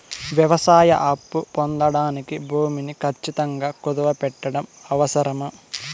వ్యవసాయ అప్పు పొందడానికి భూమిని ఖచ్చితంగా కుదువు పెట్టడం అవసరమా?